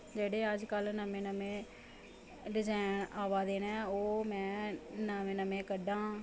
जेह्ड़े अज्ज कल नमें नमें डजैन अवा दे नै ओह् में नमें नमें कड्ढां